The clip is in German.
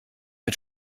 mit